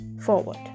forward